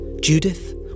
Judith